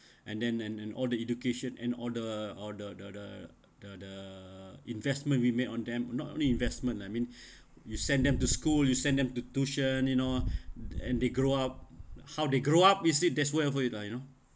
and then and and all the education and all the all the the the the the investment we made on them not only investment I mean you send them to school you send them to tuition you know and they grow up how they grow up is the that's worth it lah you know